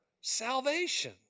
salvation